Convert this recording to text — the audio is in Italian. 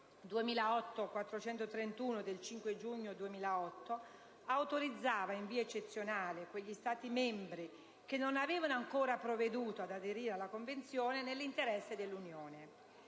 2008/431/CE del 5 giugno 2008, autorizzava «in via eccezionale» quegli Stati membri che non avevano ancora provveduto ad aderire alla Convenzione «nell'interesse dell'Unione».